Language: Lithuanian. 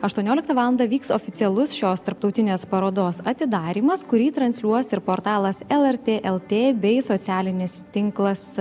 aštuonioliktą valandą vyks oficialus šios tarptautinės parodos atidarymas kurį transliuos ir portalas lrt lt bei socialinis tinklas